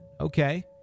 Okay